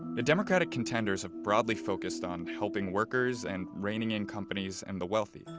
the democratic contenders have broadly focused on helping workers and reining in companies and the wealthy.